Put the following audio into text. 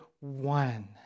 one